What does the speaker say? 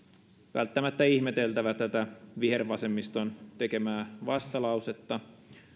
välttämättä ihmeteltävä tätä vihervasemmiston tekemää vastalausetta